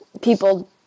people